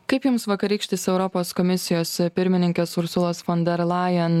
kaip jums vakarykštis europos komisijos pirmininkės ursulos fon der lajen